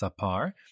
Sapar